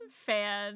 fan